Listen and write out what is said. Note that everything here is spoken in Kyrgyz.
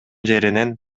жеринен